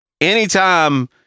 anytime